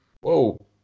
Whoa